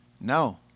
No